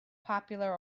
popular